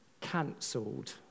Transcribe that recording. cancelled